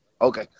Okay